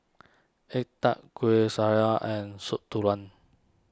Egg Tart Kuih Syara and Soup Tulang